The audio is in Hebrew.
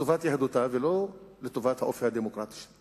לטובת יהדותה, ולא לטובת האופי הדמוקרטי שלה.